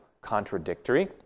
contradictory